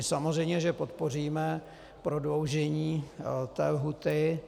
Samozřejmě že podpoříme prodloužení lhůty.